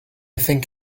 think